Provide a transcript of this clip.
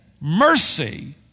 mercy